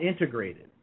integrated